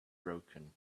broken